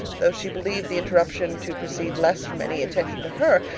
though she believed the interruption to proceed less from any attention to her,